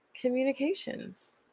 communications